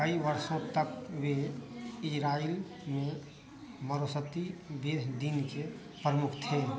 कई वर्षों तक वे इज़राइल में मसोरती बेथ दीन के प्रमुख थे